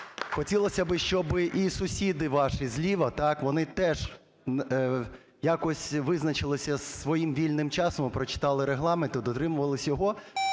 Хотілося би, щоби і сусіди ваші зліва вони теж якось визначилися зі своїм вільним часом і прочитали Регламент, і дотримувалися його.